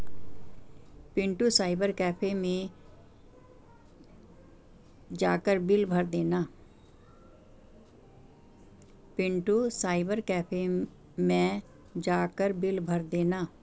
Pintu cyber cafe मैं जाकर bill भर देना